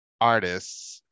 artists